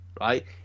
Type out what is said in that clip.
right